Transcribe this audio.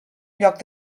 lloc